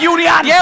Union